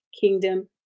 kingdom